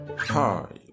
hi